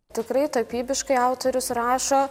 tikrai tapybiškai autorius rašo